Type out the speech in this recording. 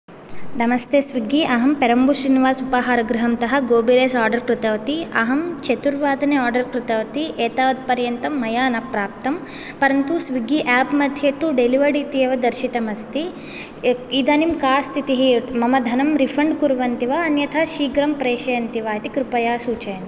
नमस्ते स्विग्गी अहं परम्बुश्रीनिवास उपाहारगृहतः गोबिरैस् आर्डर् कृतवती अहं चतुर्वादने आर्डर् कृतवती एतावत्पर्यन्तं मया न प्राप्तम् परन्तु स्विग्गी एप् मध्ये तु डेलेवर्ड् इत्येव दर्शितम् अस्ति इदानीं का स्थितिः मम धनं रीफण्ड् कुर्वन्ति वा अन्यथा शीघ्रं प्रेषयन्ति वा इति कृपया सूचयन्तु